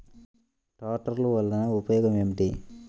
ట్రాక్టర్లు వల్లన ఉపయోగం ఏమిటీ?